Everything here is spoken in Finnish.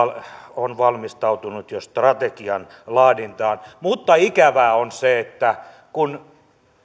on valmistautunut jo strategian laadintaan mutta ikävää on se että kun